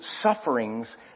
sufferings